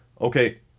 Okay